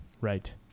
right